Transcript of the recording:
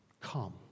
Come